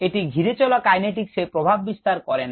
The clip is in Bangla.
এটি ধিরে চলা কাইনেটিক্স এ প্রভাব বিস্তার কারে না